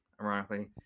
Ironically